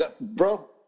Bro